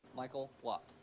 michael lopp.